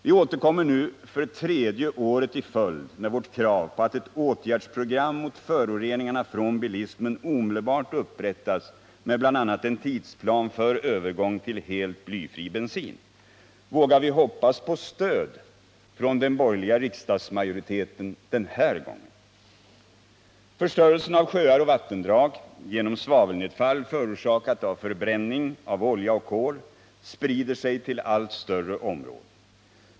Vi återkommer nu för tredje året i följd med vårt krav på att ett åtgärdsprogram mot föroreningarna från bilismen omedelbart upprättas med bl.a. en tidsplan för övergång till helt blyfri bensin. Vågar vi hoppas på stöd från den borgerliga riksdagsmajoriteten den här gången? Förstörelsen av sjöar och vattendrag genom svavelnedfall, förorsakat av förbränning av olja och kol, sprider sig till allt större områden.